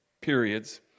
periods